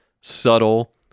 subtle